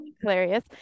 Hilarious